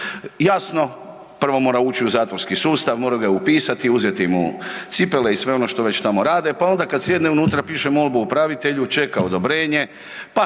Jasno, prvo mora ući u zatvorski sustav, moraju ga upisati, uzeti mu cipele i sve ono što već tamo rade, pa ona kad sjedne unutra piše molbu upravitelju, čeka odobrenje,